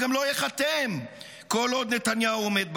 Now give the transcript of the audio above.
וגם לא ייחתם כל עוד נתניהו עומד בראש.